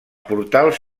portals